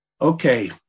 Okay